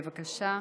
בבקשה.